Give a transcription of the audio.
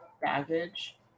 baggage